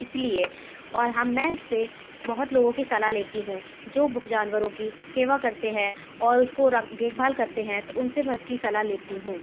इसलिए और हम मैं ऐसे बहुत लोगों की सलाह लेती हूँ जो जानवरों की सेवा करते हैं और उसको रख देखभाल करते हैं तो उनसे मैं उसकी सलाह लेती हूँ